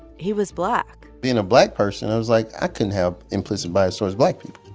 he was black being a black person, i was like, i couldn't have implicit bias towards black people.